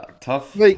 tough